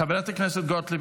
חברת הכנסת גוטליב,